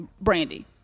Brandy